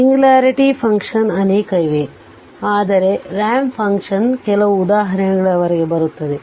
singularity function ಅನೇಕ ಇವೆ ಆದರೆ ರಾಂಪ್ ಫಂಕ್ಷನ್ ಕೆಲವು ಉದಾಹರಣೆಗಳವರೆಗೆ ಬರುತ್ತದೆ